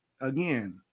again